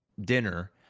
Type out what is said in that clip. dinner